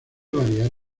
variar